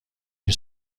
این